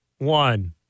One